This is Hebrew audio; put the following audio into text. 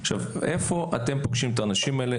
איפה אתם פוגשים את האנשים האלה?